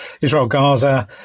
Israel-Gaza